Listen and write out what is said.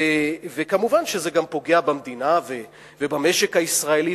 ומובן שזה גם פוגע במדינה ובמשק הישראלי,